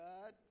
God